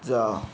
जा